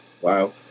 Wow